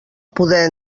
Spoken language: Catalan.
poder